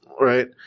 Right